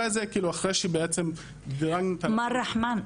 מר רחמאן,